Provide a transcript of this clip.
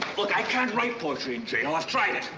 look, i can't write poetry in jail. i've tried it.